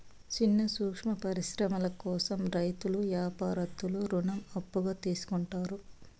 సిన్న సూక్ష్మ పరిశ్రమల కోసం రైతులు యాపారత్తులు రుణం అప్పుగా తీసుకుంటారు